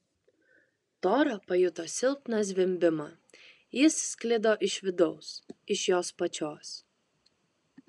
tora pajuto silpną zvimbimą jis sklido iš vidaus iš jos pačios